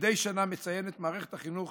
מדי שנה מציינת מערכת החינוך